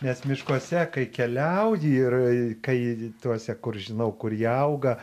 nes miškuose kai keliauji ir kai tuose kur žinau kur ji auga